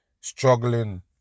struggling